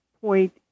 point